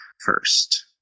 First